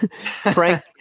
Frank